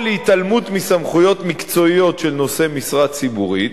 או להתעלמות מסמכויות מקצועיות של נושא משרה ציבורית,